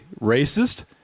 racist